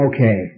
Okay